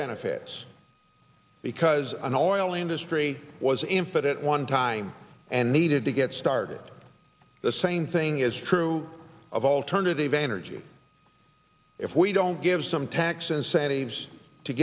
benefits because an oil industry was impotent one time and needed to get started the same thing is true of alternative energy if we don't give some tax incentives to